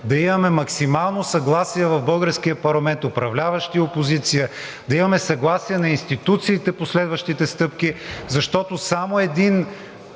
да имаме максимално съгласие в българския парламент – управляващи и опозиция, да имаме съгласие на институциите по следващите стъпки, защото само един